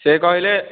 ସେ କହିଲେ